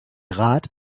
rat